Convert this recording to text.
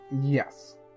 yes